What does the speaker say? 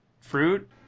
fruit